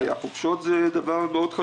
בוודאי, החופשות זה דבר מאוד חשוב.